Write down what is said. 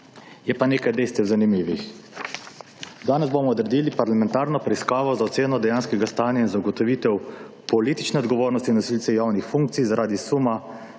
Je pa nekaj dejstev zanimivih. Danes bomo odredili parlamentarno preiskavo za oceno dejanskega stanja in zagotovitev politične odgovornosti nosilcev javnih funkcij zaradi suma